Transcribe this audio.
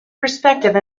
perspective